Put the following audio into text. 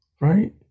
right